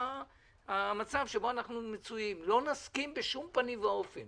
לא נסכים בשום פנים ואופן